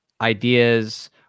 ideas